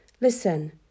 Listen